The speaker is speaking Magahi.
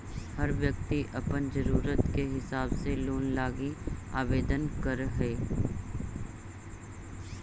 हर व्यक्ति अपन ज़रूरत के हिसाब से लोन लागी आवेदन कर हई